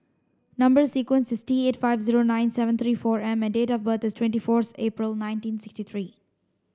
number sequence is T eight five zero nine seven three four M and date of birth is twenty fourth April nineteen sixty three